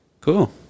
Cool